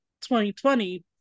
2020